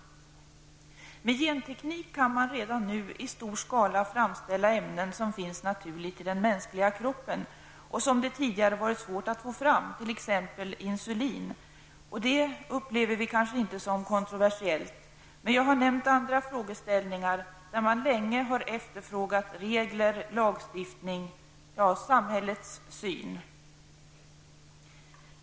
Med genteknik kan man redan nu i stor skala framställa ämnen som finns naturligt i den mänskliga kroppen och som det tidigare varit svårt att få fram, t.ex. insulin. Det upplever vi kanske inte som kontroversiellt, men jag har nämnt andra områden där man länge efterfrågat regler, lagstiftning och samhällets syn.